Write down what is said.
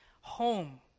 Home